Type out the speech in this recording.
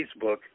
Facebook